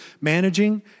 managing